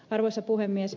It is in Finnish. arvoisa puhemies